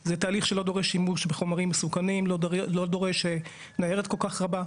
הוא תהליך שלא דורש שימוש בחומרים מסוכנים ולא דורש ניירת כל כך רבה.